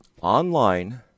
Online